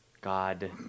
God